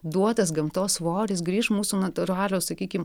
duotas gamtos svoris grįš mūsų natūralios sakykim